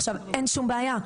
עכשיו, אין שום בעיה,